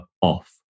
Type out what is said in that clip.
off